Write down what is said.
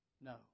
No